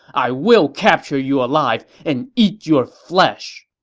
i will capture you alive and eat your flesh!